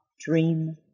dream